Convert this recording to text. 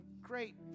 great